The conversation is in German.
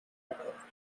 verkauft